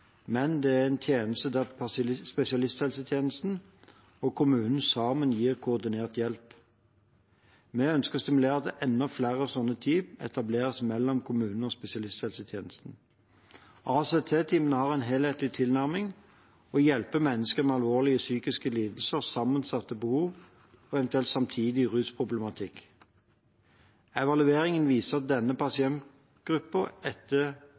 men det er tjenester der spesialisthelsetjenesten og kommunen sammen gir koordinert hjelp. Vi ønsker å stimulere til at enda flere slike team etableres mellom kommunene og spesialisthelsetjenesten. ACT-teamene har en helhetlig tilnærming og hjelper mennesker med alvorlige psykiske lidelser, sammensatte behov og eventuell samtidig rusproblematikk. Evalueringer viser at for denne